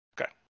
Okay